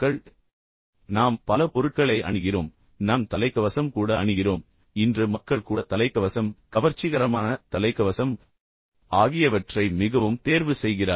எனவே நாம் பல பொருட்க்களை அணிகிறோம் நாம் தலைக்கவசம் கூட அணிகிறோம் இன்று மக்கள் கூட தலைக்கவசம் கவர்ச்சிகரமான தலைக்கவசம் ஆகியவற்றை மிகவும் தேர்வு செய்கிறார்கள்